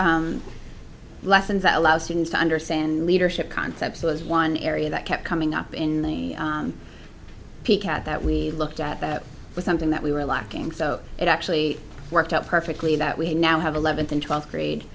added lessons that allow students to understand leadership concepts was one area that kept coming up in peek at that we looked at that was something that we were lacking so it actually worked out perfectly that we now have eleventh and twelfth grade